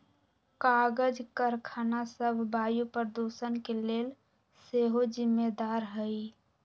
कागज करखना सभ वायु प्रदूषण के लेल सेहो जिम्मेदार हइ